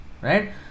right